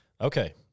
okay